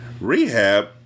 Rehab